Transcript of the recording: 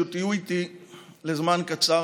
תהיו איתי לזמן קצר,